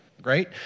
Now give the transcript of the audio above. Great